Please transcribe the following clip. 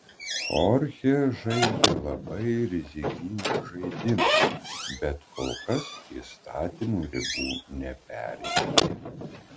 chorchė žaidė labai rizikingą žaidimą bet kol kas įstatymo ribų neperžengė